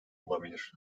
olabilir